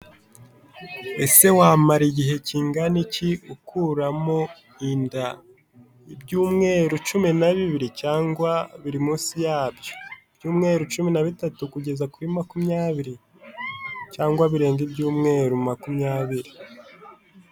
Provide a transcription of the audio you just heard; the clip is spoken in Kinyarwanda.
Ese wamara igihe kingana iki ukuramo inda? Ibyumweru cumi na bibiri, cyangwa biri munsi yabyo? Ibyumweru cumi na bitatu kugeza kuri makumyabiri, cyangwa birenga ibyumweru makumyabiri?